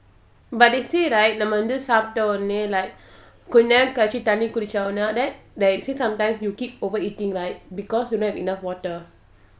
but they say right நம்மவந்துசாப்பிடஉடனேயே:namma vandhu sapta udaneye like கொஞ்சநேரம்கழிச்சிதண்ணிகுடிச்சஉடனே:konja neram kalichi thanni kudicha udane that that actually sometimes you keep over eating right because you don't have enough water